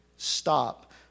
stop